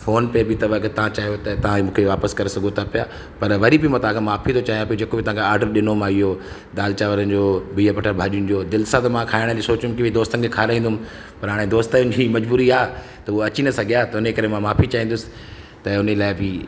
phone पे बि अथव की तव्हां चाहियो त तव्हां इहे मूंखे वापसि करे सघो था पिया पर वरी बि मां तव्हांखे माफ़ी थो चाहियां पियो जेको बि तव्हांखे आडर ॾिनो मां इहो दाल चावरनि जो बिह पटाटा भाॼियुनि जो दिलि सां त मां खाइण बि सोचियुमि की भई दोस्तनि खे खाराईंदुमि पर हाणे दोस्तनि जी मजबूरी आहे त उहा अची न सघियां त उन जे करे मां माफ़ी चाहिंदुसि त उन लाइ बि